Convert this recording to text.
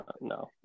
no